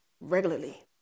regularly